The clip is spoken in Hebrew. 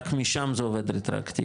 רק משם זה עובד רטרואקטיבי,